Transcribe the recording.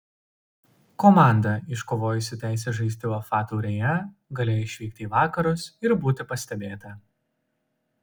komanda iškovojusi teisę žaisti uefa taurėje galėjo išvykti į vakarus ir būti pastebėta